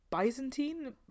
Byzantine